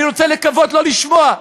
אני רוצה לקוות שלא לשמוע,